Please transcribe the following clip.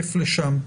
תקף לשם.